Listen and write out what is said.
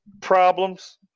problems